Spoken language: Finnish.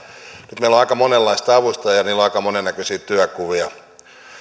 nyt meillä on aika monenlaista avustajaa ja niillä on aika monennäköisiä työnkuvia